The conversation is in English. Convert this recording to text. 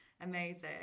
amazing